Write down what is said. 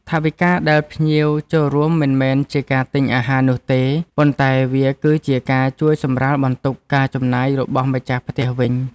ថវិកាដែលភ្ញៀវចូលរួមមិនមែនជាការទិញអាហារនោះទេ ប៉ុន្តែវាគឺជាការជួយសម្រាលបន្ទុកការចំណាយរបស់ម្ចាស់ផ្ទះវិញ។